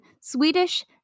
Swedish